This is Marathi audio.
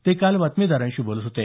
ते काल बातमीदारांशी बोलत होते